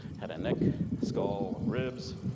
had a neck, skull, ribs,